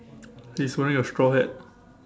he's wearing a straw hat